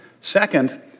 Second